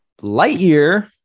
Lightyear